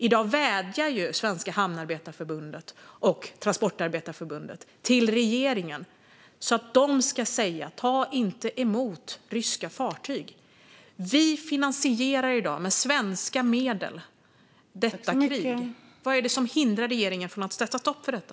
I dag vädjar ju Svenska Hamnarbetarförbundet och Transportarbetareförbundet till regeringen att säga: Ta inte emot ryska fartyg! Vi finansierar i dag detta krig med svenska medel. Vad är det som hindrar regeringen från att sätta stopp för detta?